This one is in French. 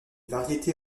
variétés